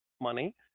money